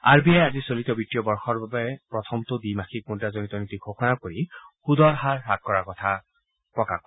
R B আয়ে আজি চলিত বিত্তীয় বৰ্যৰ বাবে প্ৰথমটো দ্বিমাসিক মুদ্ৰাজনিত নীতি ঘোষণা কৰি সূদৰ হাৰ হ্ৰাস কৰাৰ কথা প্ৰকাশ কৰে